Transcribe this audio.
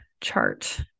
chart